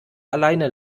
alleine